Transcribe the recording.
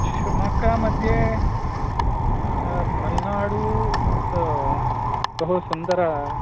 शिवमोग्गामध्ये मलेनाडु बहुसुन्दरं